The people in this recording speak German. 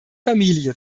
familie